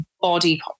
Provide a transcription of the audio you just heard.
body